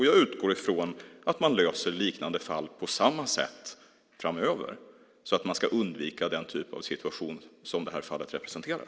Jag utgår från att man löser liknande fall på samma sätt framöver så att man ska undvika den typ av situation som det här fallet representerar.